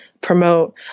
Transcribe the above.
promote